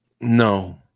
No